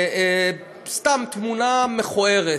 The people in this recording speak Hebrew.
סתם תמונה מכוערת,